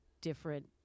different